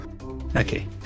Okay